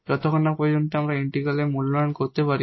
যতক্ষণ পর্যন্ত এই ইন্টিগ্রাল আমরা মূল্যায়ন করতে পারি